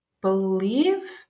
believe